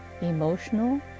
emotional